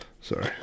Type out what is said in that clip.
Sorry